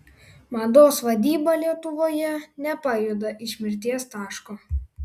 mados vadyba lietuvoje nepajuda iš mirties taško